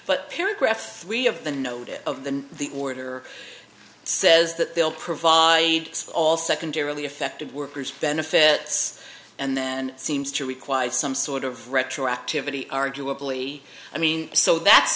but paragraph three of the notice of the the order says that they'll provide all secondarily affected workers benefits and then seems to required some sort of retroactivity arguably i mean so that's